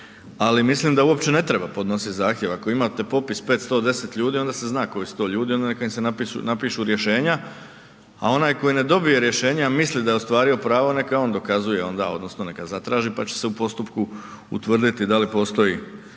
ali mislim da uopće ne treba podnositi zahtjev. Ako imate popis 510 ljudi onda se zna koji su to ljudi, onda neka im se napišu rješenja, a onaj koji ne dobije rješenje, a misli da je ostvario pravo neka on dokazuje odnosno neka zatraži pa će se u postupku utvrditi da li postoji